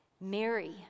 Mary